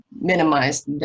minimize